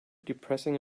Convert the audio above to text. depressing